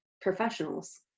professionals